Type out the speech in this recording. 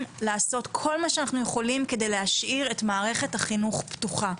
לעשות כל מה שאנחנו יכולים כדי להשאיר את מערכת החינוך פתוחה.